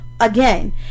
Again